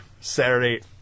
Saturday